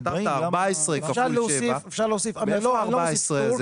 כתבת 14 כפול 7 --- אפשר להוסיף --- מאיפה ה-14 הזה?